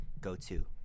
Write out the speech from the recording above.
go-to